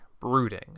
brooding